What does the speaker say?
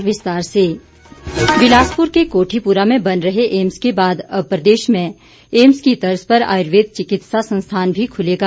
विपिन परमार बिलासपुर के कोठीपुरा में बन रहे एम्स के बाद अब प्रदेश में एम्स की तर्ज पर आयुर्वेद चिकित्सा संस्थान भी खुलेगा